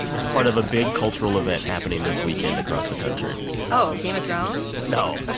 it's part of a big cultural event happening this weekend across the country oh, game of thrones. no